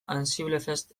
ansiblefest